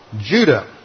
Judah